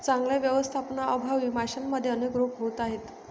चांगल्या व्यवस्थापनाअभावी माशांमध्ये अनेक रोग होत आहेत